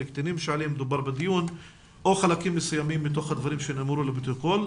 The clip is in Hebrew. קטינים עליהם דובר בדיון או חלקים מסוימים מתוך הדברים שנאמרו לפרוטוקול,